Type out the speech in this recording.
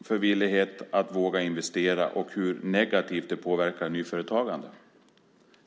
för villigheten att våga investera och hur negativt det påverkar nyföretagande.